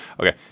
Okay